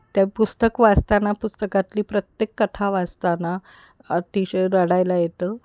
त्या पुस्तक वाचताना पुस्तकातली प्रत्येक कथा वाचताना अतिशय रडायला येतं